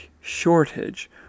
shortage